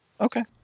okay